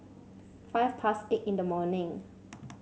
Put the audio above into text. five past eight in the morning